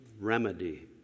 remedy